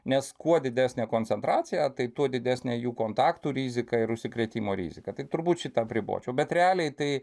nes kuo didesnė koncentracija tai tuo didesnė jų kontaktų riziką ir užsikrėtimo riziką tai turbūt šį tą apribočiau bet realiai tai